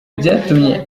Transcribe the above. byatumye